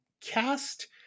cast